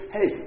Hey